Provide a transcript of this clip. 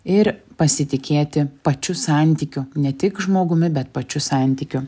ir pasitikėti pačiu santykiu ne tik žmogumi bet pačiu santykiu